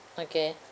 okay